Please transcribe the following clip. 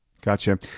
Gotcha